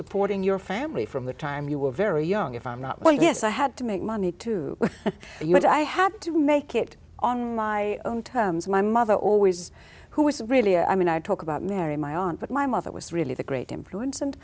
supporting your family from the time you were very young if i'm not well yes i had to make money to you and i had to make it on my own terms my mother always who was really i mean i talk about mary my aunt but my mother was really the great influence and